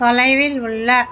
தொலைவில் உள்ள